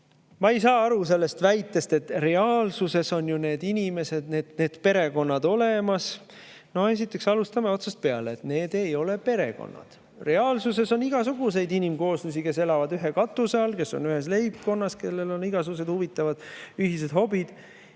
ei saa aru sellest väitest, et reaalsuses on ju need inimesed, need perekonnad olemas. Esiteks alustame otsast peale: need ei ole perekonnad. Reaalsuses on igasuguseid inimkooslusi, kes elavad ühe katuse all, kes on ühes leibkonnas, kellel on igasugused huvitavad ühised hobid,